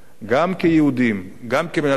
גם כיהודים וגם כמדינת ישראל,